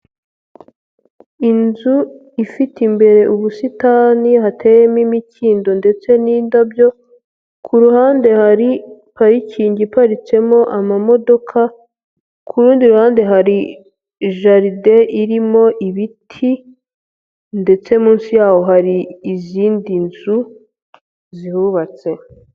Inzu ifite imbere ubusitani hateyemo imikindo ndetse n'indabyo, ku ruhande hari parikingi iparitsemo amamodoka, ku rundi ruhande hari jaride irimo ibiti ndetse munsi yaho hari izindi nzu zihubatse.